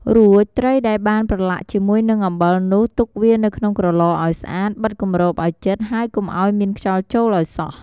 រួចត្រីដែលបានប្រឡាក់ជាមួយនឹងអំបិលនោះ ទុកវានៅក្នុងក្រឡឱ្យស្អាត បិទគម្របឱ្យជិត ហើយកុំឱ្យមានខ្យល់ចូលឱ្យសោះ។